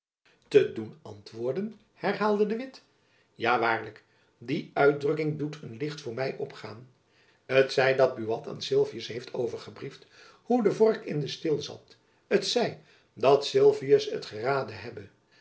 doen antwoorden herhaalde de witt ja waarlijk die uitdrukking doet een licht voor my opgaan t zij dat buat aan sylvius heeft overgebriefd hoe de vork in den steel zat t zij dat sylvius het geraden hebbe